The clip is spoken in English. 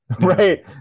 right